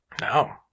No